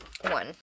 One